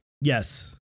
Yes